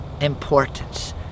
importance